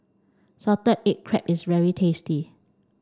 salted egg crab is very tasty